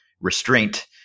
restraint